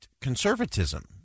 conservatism